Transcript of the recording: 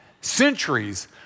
centuries